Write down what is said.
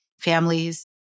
families